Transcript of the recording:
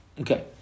Okay